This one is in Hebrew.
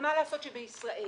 ומה לעשות שבישראל